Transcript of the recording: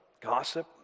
gossip